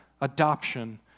adoption